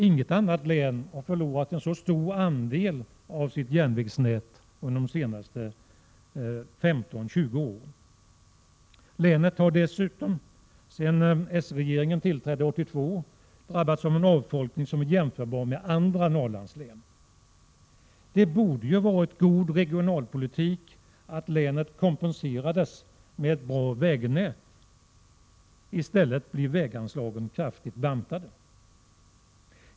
Inget annat län har förlorat en så stor andel av sitt järnvägsnät som Kalmar har gjort under de senaste 15-20 åren. Länet har dessutom — sedan s-regeringen tillträdde 1982 — drabbats av en avfolkning som är jämförbar med den som har skett i flera Norrlandslän. Det borde ha varit god regionalpolitik att länet kompenserades med ett bra vägnät. I stället blir väganslagen kraftigt bantade.